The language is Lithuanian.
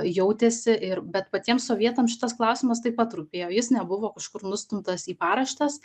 jautėsi ir bet patiem sovietams šitas klausimas taip pat rūpėjo jis nebuvo kažkur nustumtas į paraštes